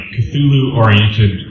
Cthulhu-oriented